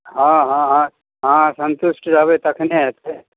हँ हँ हँ अहाँ सन्तुष्ट रहबै तखने हेतै